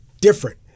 different